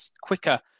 quicker